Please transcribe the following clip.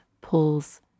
pulls